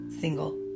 single